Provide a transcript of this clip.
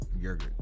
Yogurt